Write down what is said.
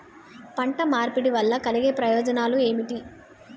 పంట మార్పిడి వల్ల కలిగే ప్రయోజనాలు ఏమిటి?